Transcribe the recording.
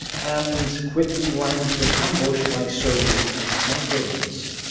and quickly ran into an ambush by soviet anti-tank guns.